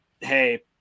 Hey